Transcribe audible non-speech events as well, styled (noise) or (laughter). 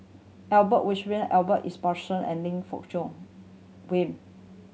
Albert Winsemius Robert Ibbetson and Lim Fong Jock (unintelligible)